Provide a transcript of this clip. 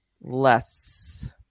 less